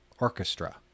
Orchestra